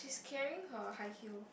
carrying her high heel